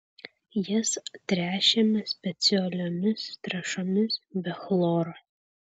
jas tręšiame specialiomis trąšomis be chloro